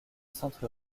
centre